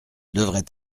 devrait